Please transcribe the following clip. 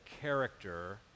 character